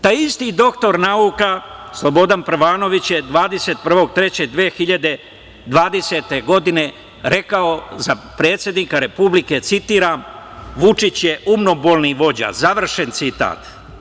Taj isti dr nauka Slobodan Prvanović je 21.3.2020. godine rekao za predsednika Republike, citiram - „Vučić je umnobolni vođa“, završen citat.